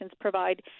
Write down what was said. provide